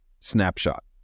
snapshot